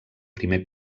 primer